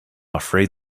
afraid